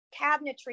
cabinetry